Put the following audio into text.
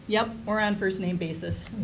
yep, we're on first-name basis.